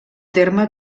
terme